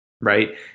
right